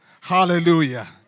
Hallelujah